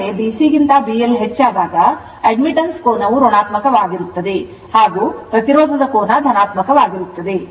ಆದ್ದರಿಂದ BC ಗಿಂತ BL ಹೆಚ್ಚಾದಾಗ ಆ admittance ಕೋನವು ಋಣಾತ್ಮಕವಾಗಿರುತ್ತದೆ ಅಂದರೆ ಪ್ರತಿರೋಧ ಕೋನ ಧನಾತ್ಮಕವಾಗಿರುತ್ತದೆ